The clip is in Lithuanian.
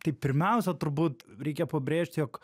tai pirmiausia turbūt reikia pabrėžti jog